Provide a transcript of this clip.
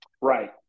right